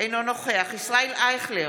אינו נוכח ישראל אייכלר,